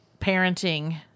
parenting